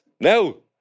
no